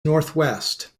northwest